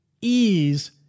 ease